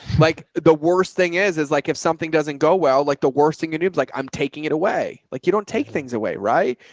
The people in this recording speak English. like the worst thing is, is like, if something doesn't go well, like the worst thing and you do, but like i'm taking it away. like you don't take things away. right?